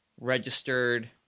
registered